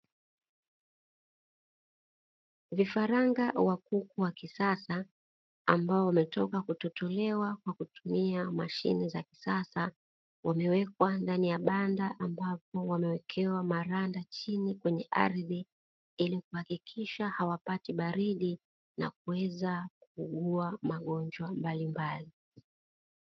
Vifaranga wa kuku wa kisasa ambao wametoka kutotolewa kwa kutumia mashine za kisasa, wamewekwa ndani ya banda ambapo wamewekewa maranda, chini kwenye ardhi ilikuhakikisha hawapati baridi na kuweza kuugua magonjwa mbalimbali.